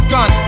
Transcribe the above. Gun